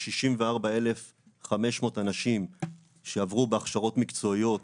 כ-64,500 אנשים עברו בהכשרות מקצועיות